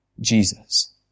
Jesus